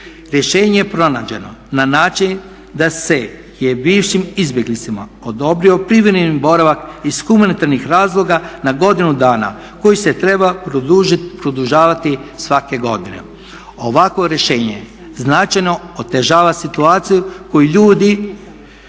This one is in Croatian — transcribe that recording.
Rješenje je pronađeno na način da se je bivšim izbjeglicama odobrio privremeni boravak iz humanitarnih razloga na godinu dana koji se treba produžavati svake godine. Ovakvo rješenje značajno otežava situaciju koju ljudi